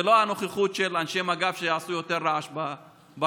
ולא הנוכחות של אנשי מג"ב שיעשו יותר רעש ברחוב.